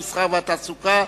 המסחר והתעסוקה,